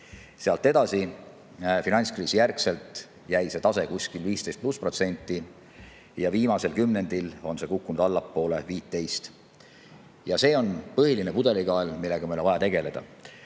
Sealt edasi, finantskriisi järgselt jäi see tase kuskil 15–16% juurde. Viimasel kümnendil on see kukkunud allapoole 15%. Ja see on põhiline pudelikael, millega meil on vaja tegeleda. Lahendus,